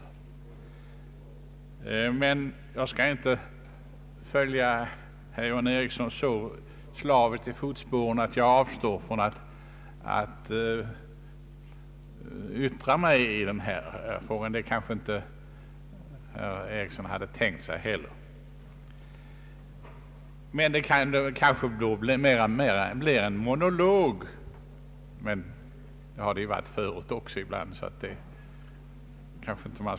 Jag skall emellertid inte följa herr John Ericsson så slaviskt i fotspåren att jag avstår från att yttra mig i denna fråga.